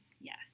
Yes